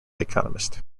economist